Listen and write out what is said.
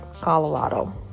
Colorado